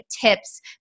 tips